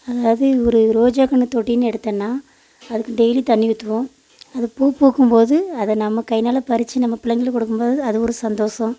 அதாவது ஒரு ரோஜா கன்று தொட்டின்னு எடுத்தோனா அதுக்கு டெய்லி தண்ணி ஊற்றுவோம் அது பூ பூக்கும்போது அதை நம்ம கையினால பறித்து நம்ம பிள்ளைங்களுக்கு கொடுக்கும்போது அது ஒரு சந்தோஷம்